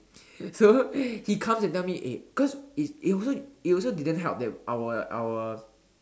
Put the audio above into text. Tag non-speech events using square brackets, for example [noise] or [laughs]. so [laughs] he comes and tell me eh cause it it also it also didn't help that our our